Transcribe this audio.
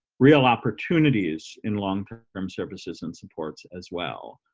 real opportunities in long-term services and supports as well.